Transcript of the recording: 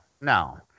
no